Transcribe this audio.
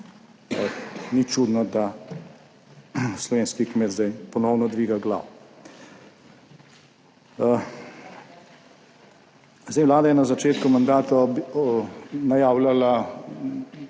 Ni čudno, da slovenski kmet zdaj ponovno dviga glavo. Vlada je na začetku mandata najavljala